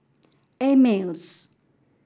Ameltz